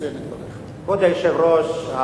כבוד היושב-ראש,